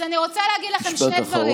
אז אני רוצה להגיד לכם שני דברים.